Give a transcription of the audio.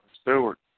Stewart